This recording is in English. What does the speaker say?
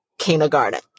kindergarten